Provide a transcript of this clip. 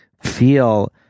feel